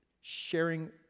sharing